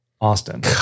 Austin